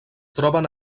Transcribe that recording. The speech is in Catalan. troben